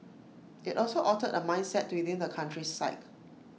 IT also altered A mindset within the country's psyche